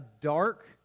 dark